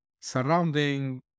surrounding